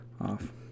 off